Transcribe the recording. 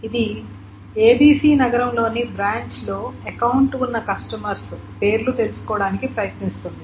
ఇది ఏబీసీ నగరం లోని బ్రాంచ్ లో అకౌంట్ ఉన్న కస్టమర్స్ పేర్లు తెలుసుకోవడానికి ప్రయత్నిస్తుంది